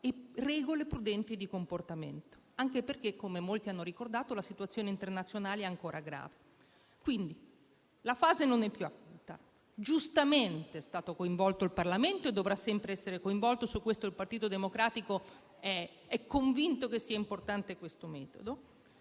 e regole prudenti di comportamento, anche perché, come molti hanno ricordato, la situazione internazionale è ancora grave. La fase non è più acuta; giustamente è stato coinvolto il Parlamento e dovrà sempre essere coinvolto: il Partito Democratico è convinto che sia importante questo metodo